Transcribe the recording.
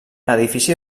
edifici